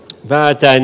päätään